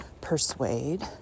persuade